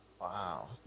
Wow